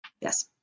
Yes